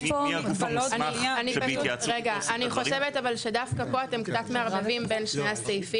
אני חושבת שדווקא פה אתם קצת מערבבים בין שני הסעיפים.